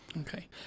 Okay